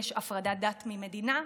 יש הפרדת דת ומדינה,